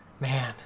Man